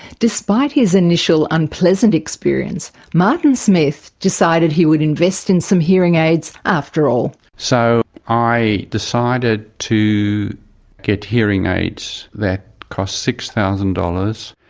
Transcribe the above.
despite his initial unpleasant experience, martin smith decided he would invest in some hearing aids after all. so i decided to get hearing aids that cost six thousand dollars,